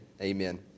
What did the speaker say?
amen